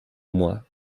moi